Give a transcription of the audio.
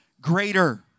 greater